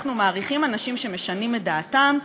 ואנחנו מעריכים אנשים שמשנים את דעתם,